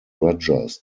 rogers